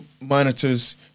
monitors